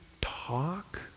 talk